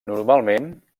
normalment